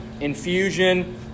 infusion